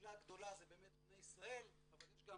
הקהילה הגדולה זה באמת בני ישראל אבל יש גם